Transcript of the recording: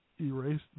erase